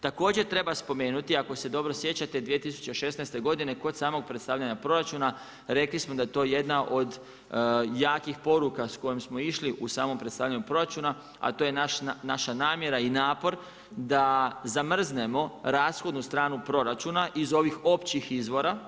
Također treba spomenuti, ako se dobro sjećate 2016. godine kod samog predstavljanja proračuna, rekli smo da je to jedna od jakih poruka s kojim smo išli u samo predstavljanje proračuna, a to je naša namjera i napor da zamrznemo rashodnu stranu proračuna iz ovih općih izvora.